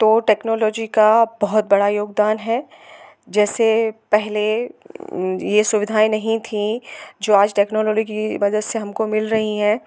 तो टेक्नोलॉजी का बहुत बड़ा योगदान है जैसे पहले ये सुविधाएँ नहीं थीं जो आज टेक्नोलॉली की वजह से हमको मिल रही हैं